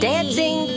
Dancing